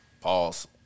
Pause